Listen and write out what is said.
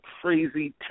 crazy